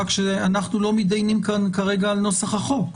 רק שאנחנו לא מתדיינים כאן כרגע על נוסח החוק,